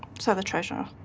so the treasurer?